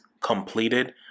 completed